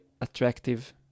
attractive